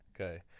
Okay